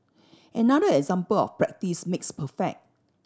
another example of practice makes perfect